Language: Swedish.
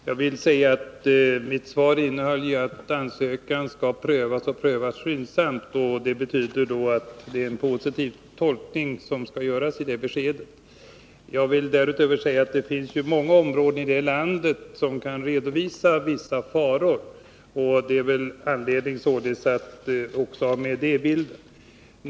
Herr talman! I mitt svar sade jag att ansökan skall prövas skyndsamt, vilket innebär att det är ett positivt besked. Dessutom vill jag framhålla att det finns många områden här i landet där det kan redovisas vissa faror. Det finns anledning att ha med även detta i bilden.